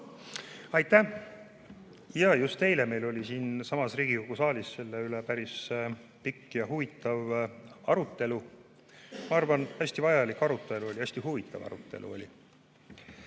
Aitäh! Just eile oli meil siinsamas Riigikogu saalis selle üle päris pikk ja huvitav arutelu. Ma arvan, et see oli hästi vajalik arutelu, hästi huvitav arutelu.